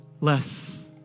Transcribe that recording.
less